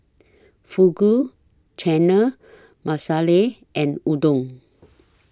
Fugu Chana Masala and Udon